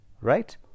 Right